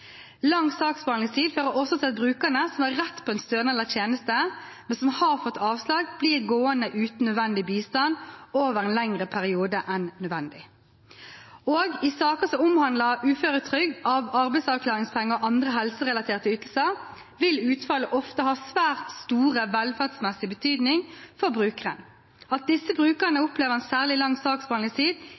Lang saksbehandlingstid fører også til at brukerne som har rett på en stønad eller tjeneste, men som har fått avslag, blir gående uten nødvendig bistand over en lengre periode enn nødvendig. I saker som omhandler uføretrygd, arbeidsavklaringspenger og andre helserelaterte ytelser, vil utfallet ofte ha svært stor velferdsmessig betydning for brukeren. At disse brukerne opplever en særlig lang